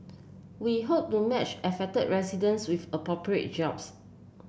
we hope to match affected residents with appropriate jobs